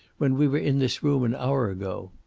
when we were in this room an hour ago.